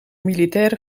militaire